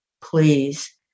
Please